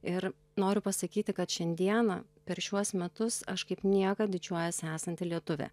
ir noriu pasakyti kad šiandieną per šiuos metus aš kaip niekad didžiuojuosi esanti lietuvė